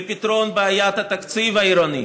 בפתרון בעיית התקציב העירוני,